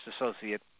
associate